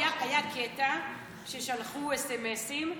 היה קטע ששלחו סמ"סים,